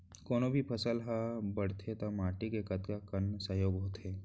कोनो भी फसल हा बड़थे ता माटी के कतका कन सहयोग होथे?